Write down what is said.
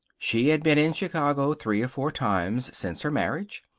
she had been in chicago three or four times since her marriage.